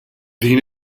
din